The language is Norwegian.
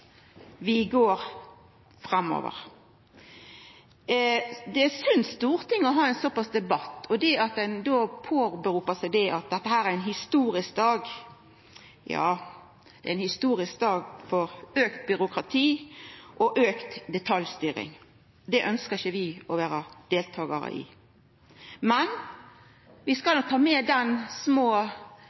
vi går framover. Det er synd at Stortinget har ein sånn debatt. Ein viser til at dette er ein historisk dag – ja, ein historisk dag for auka byråkrati og auka detaljstyring. Det ønskjer ikkje vi å vera deltakarar i. Men vi skal ta med den